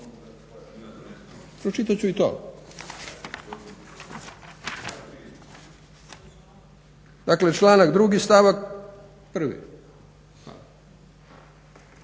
Pročitat ću i to. Dakle, članak drugi stavak prvi.